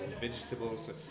vegetables